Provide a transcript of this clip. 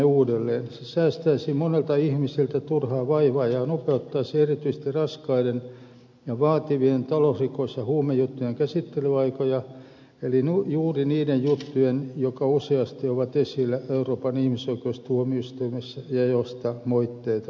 se säästäsi monelta ihmiseltä turhaa vaivaa ja nopeuttaisi erityisesti raskaiden ja vaativien talousrikos ja huumejuttujen käsittelyaikoja eli juuri niiden juttujen jotka useasti ovat esillä euroopan ihmisoikeustuomioistuimessa ja joista moitteita suomelle tulee